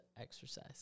exercise